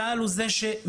צה"ל הוא זה שמממן,